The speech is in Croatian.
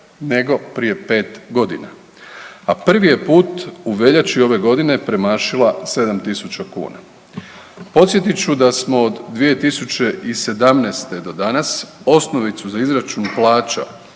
nego prije 5 godina, a prvi je put u veljači ove godine premašila 7.000 kuna. Podsjetit ću da smo od 2017. do danas osnovicu za izračun plaća